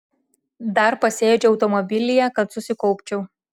dar pasėdžiu automobilyje kad susikaupčiau